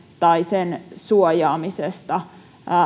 tai sen suojaamisesta